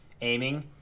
aiming